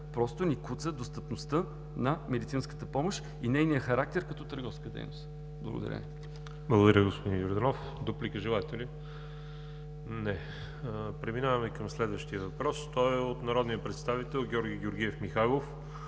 Просто ни куца достъпността на медицинската помощ и нейният характер като търговска дейност. Благодаря Ви. ПРЕДСЕДАТЕЛ ВАЛЕРИ ЖАБЛЯНОВ: Благодаря, господин Йорданов. Дуплика желаете ли? Не. Преминаваме към следващия въпрос от народния представител Георги Георгиев Михайлов,